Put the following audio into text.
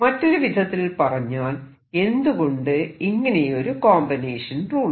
മറ്റൊരു വിധത്തിൽ പറഞ്ഞാൽ എന്തുകൊണ്ട് ഇങ്ങനെയൊരു കോമ്പിനേഷൻ റൂൾ